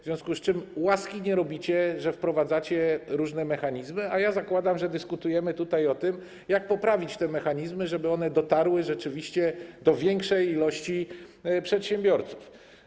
W związku z tym łaski nie robicie, że wprowadzacie różne mechanizmy, a ja zakładam, że dyskutujemy tutaj o tym, jak poprawić te mechanizmy, żeby one dotarły rzeczywiście do większej liczby przedsiębiorców.